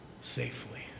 safely